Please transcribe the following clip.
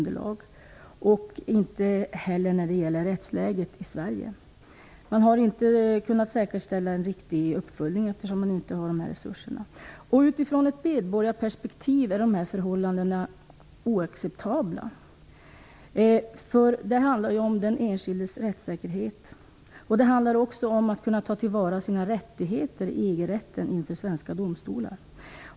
Det blir det inte heller när det gäller rättsläget i Sverige. Man har inte kunnat säkerställa en riktig uppföljning eftersom man inte har dessa resurser. Utifrån ett medborgarperspektiv är dessa förhållanden oacceptabla. Det handlar ju om den enskildes rättssäkerhet. Det handlar också om att kunna ta till vara de rättigheter man fått genom EG-rätten inför svenska domstolar.